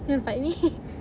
you want to fight me